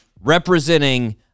representing